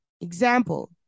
Example